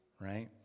right